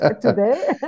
today